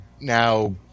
now